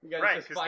Right